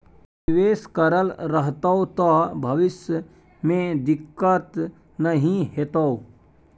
निवेश करल रहतौ त भविष्य मे दिक्कत नहि हेतौ